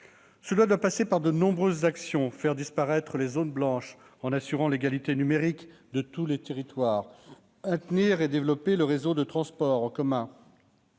Cela doit passer par de nombreuses actions : faire disparaître les zones blanches en assurant l'égalité numérique de tous les territoires, maintenir et développer les réseaux de transport en commun,